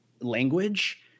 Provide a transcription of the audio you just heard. language